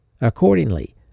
Accordingly